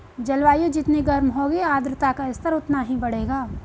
जलवायु जितनी गर्म होगी आर्द्रता का स्तर उतना ही बढ़ेगा